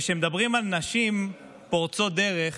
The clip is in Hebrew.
כשמדברים על נשים פורצות דרך,